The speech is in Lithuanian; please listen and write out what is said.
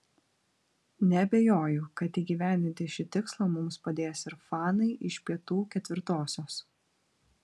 neabejoju kad įgyvendinti šį tikslą mums padės ir fanai iš pietų iv